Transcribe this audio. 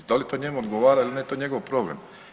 Da li to njemu odgovara ili ne to je njegov problem.